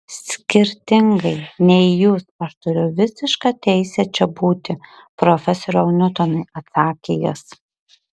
skirtingai nei jūs aš turiu visišką teisę čia būti profesoriau niutonai atsakė jis